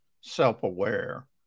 self-aware